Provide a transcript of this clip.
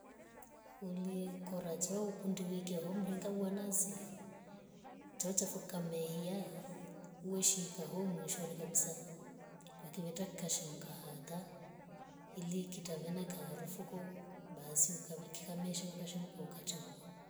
uli kora choo kundi wikya nomringa wanaslee tchaucha foo kamahiya. weshika hoo mwishoni kabisa kwakivetak kikashemka hata ili kitavena kaarafu ko basi ukam kikamiya shemkashemka ukatowa